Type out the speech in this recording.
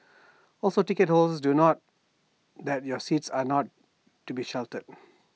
also ticket holders do note that your seats are not to be sheltered